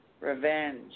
revenge